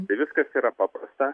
tai viskas yra paprasta